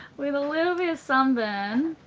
with a little bit of sunburn